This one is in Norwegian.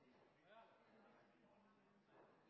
Ja,